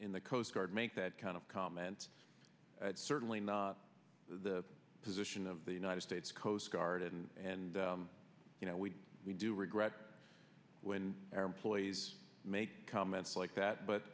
in the coast guard make that kind of comment certainly not the position of the united states coast guard and you know we we do regret when our employees make comments like that